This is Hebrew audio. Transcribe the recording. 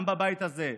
גם בבית הזה,